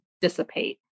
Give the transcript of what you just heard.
dissipate